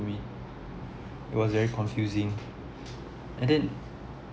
to me it was very confusing and then